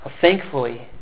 Thankfully